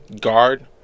guard